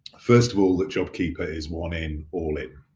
first of all, that jobkeeper is one in, all in.